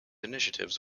initiatives